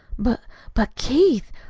but but, keith,